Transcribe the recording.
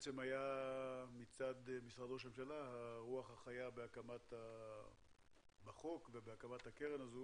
ים כלכליים והיה מצד משרד ראש הממשלה הרוח החיה בחקיקת החוק והקמת הקרן.